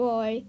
Boy